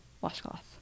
Washcloth